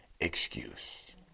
excuse